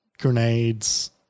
grenades